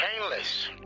painless